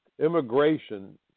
immigration